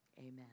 amen